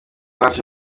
w’iwacu